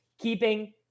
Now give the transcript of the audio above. keeping